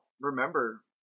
remember